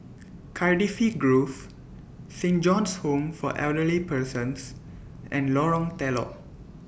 Cardifi Grove Saint John's Home For Elderly Persons and Lorong Telok